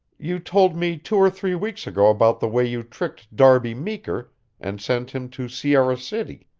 you told me two or three weeks ago about the way you tricked darby meeker and sent him to sierra city.